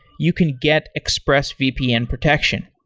you can get expressvpn protection.